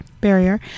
barrier